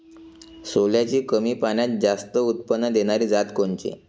सोल्याची कमी पान्यात जास्त उत्पन्न देनारी जात कोनची?